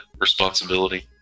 responsibility